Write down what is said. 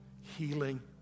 healing